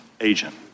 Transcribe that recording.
agent